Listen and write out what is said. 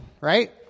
right